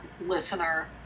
listener